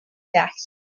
taxes